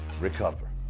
Recover